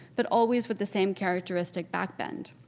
but always with the same characteristic backbend.